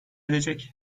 edecek